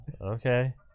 Okay